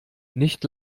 nicht